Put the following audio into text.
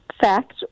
fact